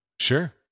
Sure